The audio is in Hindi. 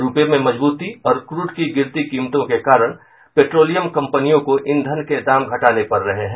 रूपये में मजबूती और क्रुड की गिरती कीमतों के कारण पेट्रोलिमय कंपनियों को ईंधन के दाम घटाने पड़ रहे हैं